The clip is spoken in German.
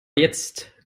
jetzt